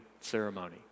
ceremony